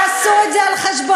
תעשו את זה על חשבונכם.